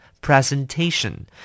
presentation